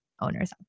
owners